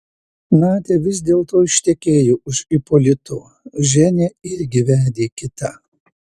nadia vis dėlto ištekėjo už ipolito ženia irgi vedė kitą